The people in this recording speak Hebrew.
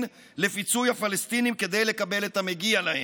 לפיצוי הפלסטינים כדי לקבל את המגיע להם,